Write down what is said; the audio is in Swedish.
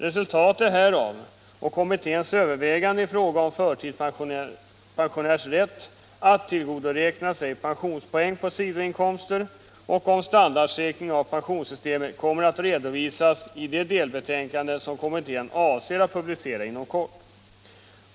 Resultatet härav och av kommitténs överväganden i fråga om förtidspensionärs rätt att tillgodoräkna sig pensionspoäng på sidoinkomster och om standardsäkring av pensionssystemet kommer att redovisas i det delbetänkande som kommittén avser att publicera inom kort.